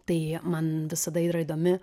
tai man visada yra įdomi